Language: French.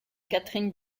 catherine